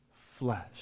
flesh